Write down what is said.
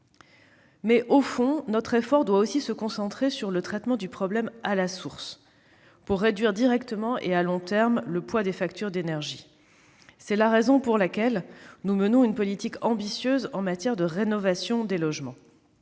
cette année. Notre effort doit aussi se concentrer sur les sources du problème et nous devons réduire directement et sur le long terme le poids des factures d'énergie. C'est la raison pour laquelle nous menons une politique ambitieuse en matière de rénovation de logements.